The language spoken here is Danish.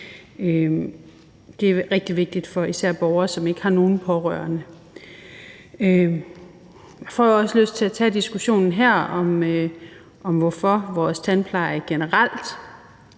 Det er rigtig vigtigt for især borgere, som ikke har nogen pårørende. Jeg får jo også lyst til at tage diskussionen her om, hvorfor vores tandpleje generelt